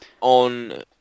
on